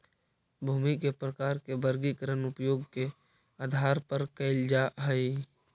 भूमि के प्रकार के वर्गीकरण उपयोग के आधार पर कैल जा हइ